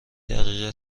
دقیقه